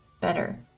better